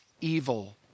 evil